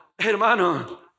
Hermano